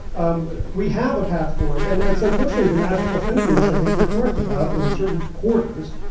um we have a path forward. and it's unfortunately the magical thinking, which i think you're correct about, in certain quarters,